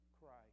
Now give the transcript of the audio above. Christ